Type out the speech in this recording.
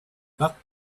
that